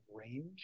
range